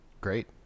great